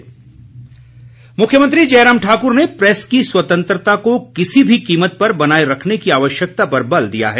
media मुख्यमंत्री जयराम ठाकुर ने press की स्वतंत्रता को किसी भी कीमत पर बनाए रखने की आवश्यकता पर बल दिया है